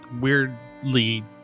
weirdly